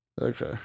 Okay